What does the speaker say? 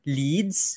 leads